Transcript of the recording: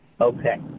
Okay